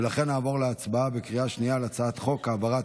ולכן נעבור להצבעה בקריאה שנייה על הצעת חוק העברת